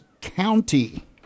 County